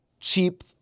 cheap